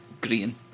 green